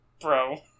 Bro